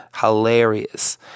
Hilarious